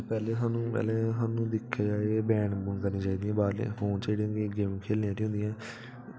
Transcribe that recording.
ते पैह्लें सानू पैह्ले सानू दिक्खेआ जाए एह् बैन बून करनी चाहिदा एह् बाह्रले फोन च जेह्ड़ी होंदी गेम खेलने आह्ली होंदियां